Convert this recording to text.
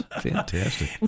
Fantastic